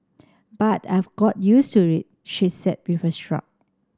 but I've got use to it she said with a shrug